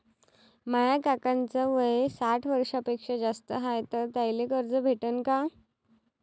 माया काकाच वय साठ वर्षांपेक्षा जास्त हाय तर त्याइले कर्ज भेटन का?